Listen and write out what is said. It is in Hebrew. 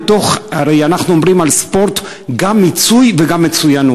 הרי אנחנו אומרים על ספורט: גם מיצוי וגם מצוינות.